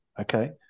Okay